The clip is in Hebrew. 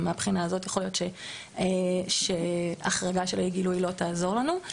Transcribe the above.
מהבחינה הזאת יכול להיות שהחרגה של אי הגילוי לא תעזור לנו.